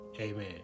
Amen